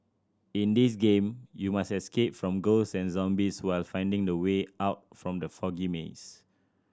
in this game you must escape from ghosts and zombies while finding the way out from the foggy maze